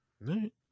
Right